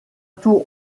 tour